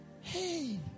Hey